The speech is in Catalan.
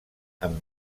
amb